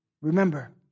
remember